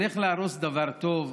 על איך להרוס דבר טוב,